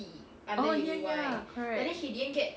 orh ya ya correct